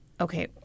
Okay